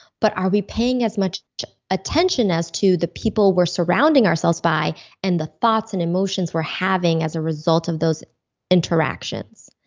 but are we paying as much attention as to the people we're surrounding ourselves by and the thoughts and emotions we're having as a result of those interactions?